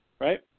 Right